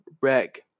wreck